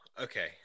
Okay